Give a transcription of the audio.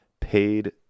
paid